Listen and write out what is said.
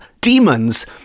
demons